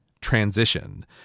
transition